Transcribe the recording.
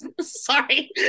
sorry